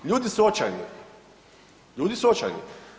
Ljudi su očajni, ljudi su očajni.